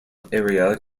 area